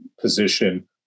position